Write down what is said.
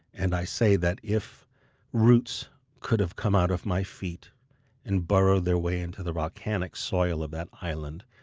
and i say that if roots could have come out of my feet and burrowed their way into the volcanic soil of that island,